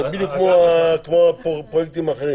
זה בדיוק כמו הפרויקטים האחרים,